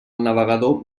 navegador